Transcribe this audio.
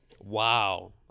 wow